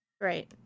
right